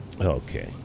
Okay